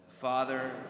Father